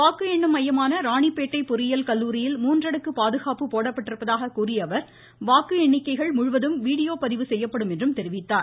வாக்கு எண்ணும் மையமான ராணிப்பேட்டை பொறியியல் கல்லூரியில் மூன்றடுக்கு பாதுகாப்பு போடப்பட்டுள்ளதாக கூறிய அவர் வாக்கு எண்ணிக்கைகள் முழுவதும் வீடியோ பதிவு செய்யப்படும் என்றும் தெரிவித்தார்